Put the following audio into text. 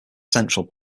central